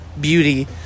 beauty